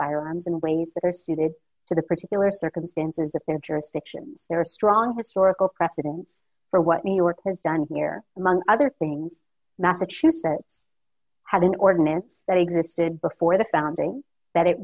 suited to the particular circumstances of their jurisdiction there are strong historical precedence for what new york has done here among other things massachusetts had an ordinance that existed before the founding that it